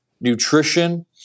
nutrition